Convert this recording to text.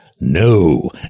no